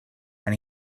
and